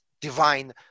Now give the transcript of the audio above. divine